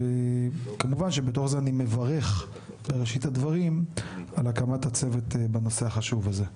וכמובן שבתוך זה אני מברך בראשית הדברים על הקמת הצוות לנושא החשוב הזה.